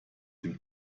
dem